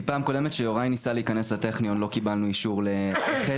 כי פעם קודמת שיוראי רצה להיכנס לטכניון לא קיבלנו אישור לחדר.